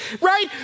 Right